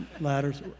ladders